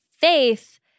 faith